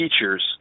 Features